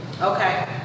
Okay